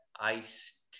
Ice